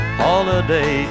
holiday